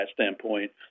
standpoint